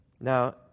Now